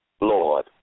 Lord